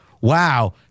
wow